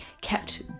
kept